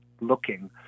looking